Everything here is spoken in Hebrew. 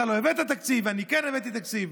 אתה לא הבאת תקציב ואני כן הבאתי תקציב.